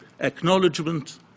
Acknowledgement